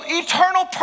eternal